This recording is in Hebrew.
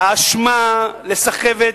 הם לא מסכימים, רק 250,000 דונם.